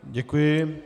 Děkuji.